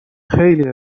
خیلی